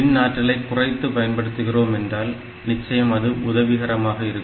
மின் ஆற்றலை குறைத்து பயன்படுத்துகிறோம் என்றால் நிச்சயம் அது உதவிகரமாக இருக்கும்